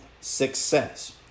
success